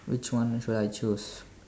which one should I choose